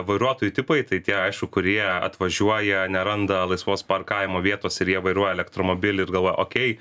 vairuotojų tipai tai tie aišku kurie atvažiuoja neranda laisvos parkavimo vietos ir jie vairuoja elektromobilį ir galvoja okei